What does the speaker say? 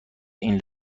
این